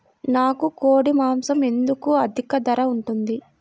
నాకు కోడి మాసం ఎందుకు అధిక ధర ఉంటుంది?